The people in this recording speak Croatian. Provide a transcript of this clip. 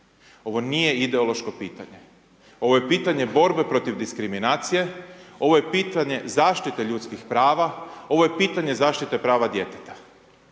Ovo nije ideološko pitanje, ovo je pitanje borbe protiv diskriminacije, ovo je pitanje zaštite ljudskih prava, ovo je pitanje zaštite prava djeteta.